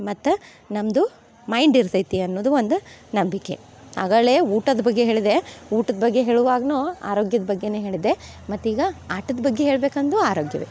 ಮತ್ತು ನಮ್ಮದು ಮೈಂಡ್ ಇರ್ತೈತಿ ಅನ್ನುವುದು ಒಂದು ನಂಬಿಕೆ ಆಗಲೇ ಊಟದ ಬಗ್ಗೆ ಹೇಳಿದೆ ಊಟದ ಬಗ್ಗೆ ಹೇಳುವಾಗ್ಲೂ ಆರೋಗ್ಯದ ಬಗ್ಗೆಯೇ ಹೇಳಿದೆ ಮತ್ತು ಈಗ ಆಟದ ಬಗ್ಗೆ ಹೇಳಬೇಕಂದು ಆರೋಗ್ಯವೇ